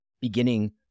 beginning